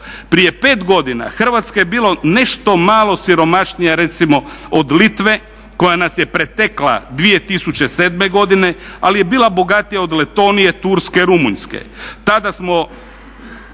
Prije pet godina Hrvatska je bila nešto malo siromašnija recimo od Litve koja nas je pretekla 2007. godine, ali je bila bogatija od Letonije, Turske, Rumunjske. Tada smo